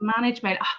Management